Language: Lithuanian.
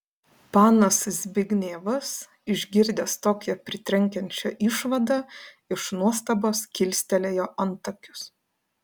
panas zbignevas išgirdęs tokią pritrenkiančią išvadą iš nuostabos kilstelėjo antakius